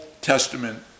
Testament